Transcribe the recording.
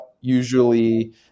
usually